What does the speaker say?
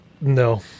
no